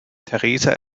theresa